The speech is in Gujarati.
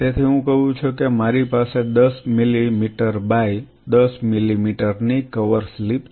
તેથી હું કહું છું કે મારી પાસે 10 મિલીમીટર બાય 10 મિલીમીટરની કવર સ્લિપ છે